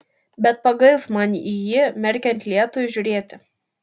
bet pagails man į jį merkiant lietui žiūrėti